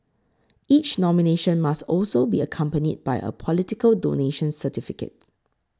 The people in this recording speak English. each nomination must also be accompanied by a political donation certificate